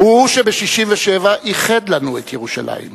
הוא שב-1967 איחד לנו את ירושלים,